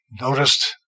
noticed